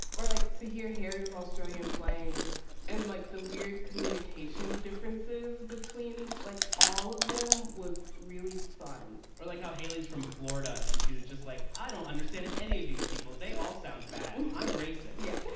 or like to hear harry was australian slang and like the weird communication differences between like all of them was really fun or like how haleys from florida and she was just like, i don't understand any of these people. they all sound bad. i'm racist. yeah,